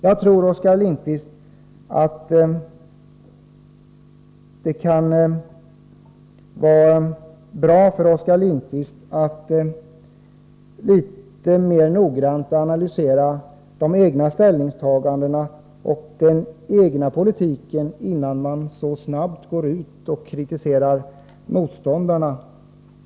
Jag tror att det kan vara bra för Oskar Lindkvist att litet mer noggrant analysera de egna ställningstagandena och den egna politiken innan han så snabbt går ut och kritiserar motståndarna.